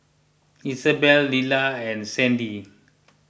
Isabell Lelah and Sandy